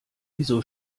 wieso